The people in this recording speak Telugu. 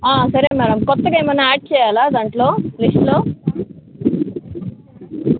సరే మ్యాడం కొత్తగా ఏమైనా యాడ్ చెయ్యాలా దాంట్లో లిస్ట్లో